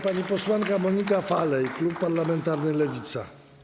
Pani posłanka Monika Falej, klub parlamentarny Lewica.